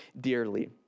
dearly